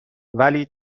ولی